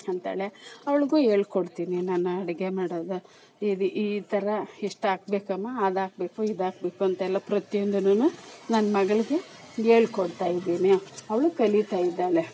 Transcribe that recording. ಅಂತಾಳೆ ಅವಳಿಗೂ ಹೇಳಿಕೊಡ್ತೀನಿ ನಾನು ಅಡುಗೆ ಮಾಡೋದು ಇದು ಈ ಥರ ಇಷ್ಟು ಹಾಕ್ಬೇಕಮ್ಮ ಅದು ಹಾಕಬೇಕು ಇದು ಹಾಕಬೇಕು ಅಂತೆಲ್ಲ ಪ್ರತಿಯೊಂದನ್ನೂ ನನ್ನ ಮಗಳಿಗೆ ಹೇಳ್ಕೊಡ್ತಾಯಿದ್ದೀನಿ ಅವ್ಳು ಕಲೀತಾಯಿದ್ದಾಳೆ